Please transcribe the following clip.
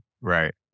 Right